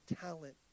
talent